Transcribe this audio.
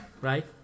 right